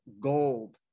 gold